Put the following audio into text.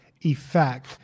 effect